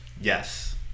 Yes